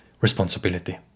responsibility